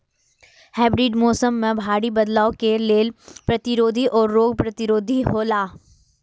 hybrid बीज मौसम में भारी बदलाव के लेल प्रतिरोधी और रोग प्रतिरोधी हौला